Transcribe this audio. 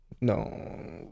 No